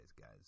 guys